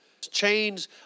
Chains